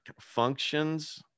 functions